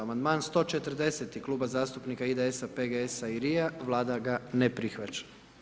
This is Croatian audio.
Amandman 140., Kluba zastupnika IDS-a, PGS-a i LRI-a, Vlada ga ne prihvaća.